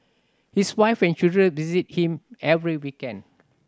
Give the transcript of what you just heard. his wife and children visit him every weekend